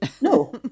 No